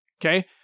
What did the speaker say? Okay